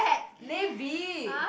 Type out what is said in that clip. navy